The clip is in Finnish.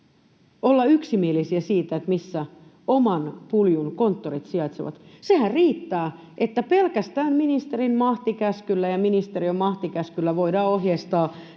olla yksimielisiä siitä, missä oman puljun konttorit sijaitsevat. Sehän riittää, että pelkästään ministerin mahtikäskyllä ja ministeriön mahtikäskyllä voidaan ohjeistaa